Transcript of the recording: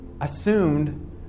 assumed